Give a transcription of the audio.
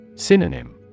Synonym